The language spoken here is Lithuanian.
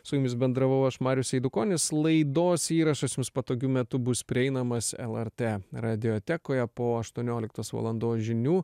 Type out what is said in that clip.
su jumis bendravau aš marius eidukonis laidos įrašas jums patogiu metu bus prieinamas lrt radiotekoje po aštuonioliktos valandos žinių